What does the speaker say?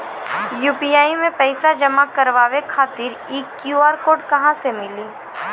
UPI मे पैसा जमा कारवावे खातिर ई क्यू.आर कोड कहां से मिली?